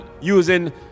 using